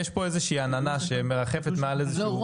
יש פה איזו שהיא עננה שמרחפת מעל איזה שהוא.